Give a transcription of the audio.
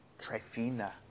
Trifina